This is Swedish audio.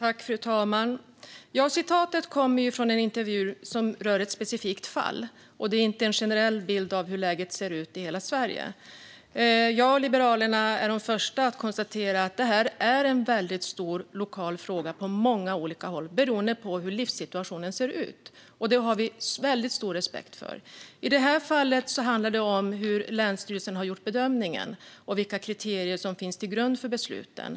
Fru talman! Citatet kommer från en intervju som rör ett specifikt fall. Det är inte en generell bild av hur läget ser ut i hela Sverige. Jag och Liberalerna är de första att konstatera att det här är en väldigt stor lokal fråga på många olika håll beroende på hur livssituationen ser ut. Det har vi väldigt stor respekt för. I det här fallet handlar det om hur länsstyrelsen har gjort bedömningen och vilka kriterier som finns till grund för besluten.